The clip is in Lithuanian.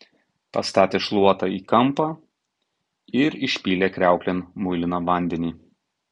pastatė šluotą į kampą ir išpylė kriauklėn muiliną vandenį